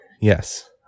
Yes